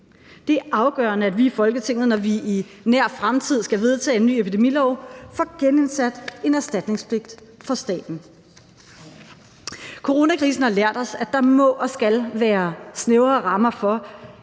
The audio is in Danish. Det er afgørende, at vi i Folketinget, når vi i en nær fremtid skal vedtage en ny epidemilov, får genindsat en erstatningspligt for staten. Coronakrisen har lært os, at der må og skal være snævre rammer for